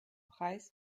preis